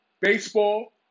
baseball